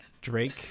Drake